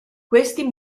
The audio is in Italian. questi